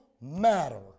matter